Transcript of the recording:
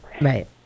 Right